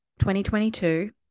2022